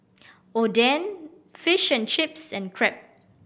Oden Fish and Chips and Crepe